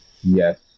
Yes